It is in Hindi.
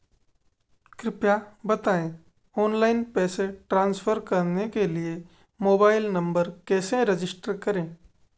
कृपया बताएं ऑनलाइन पैसे ट्रांसफर करने के लिए मोबाइल नंबर कैसे रजिस्टर करें?